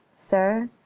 sir,